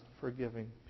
forgiving